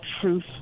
truth